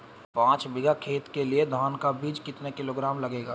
पाँच बीघा खेत के लिये धान का बीज कितना किलोग्राम लगेगा?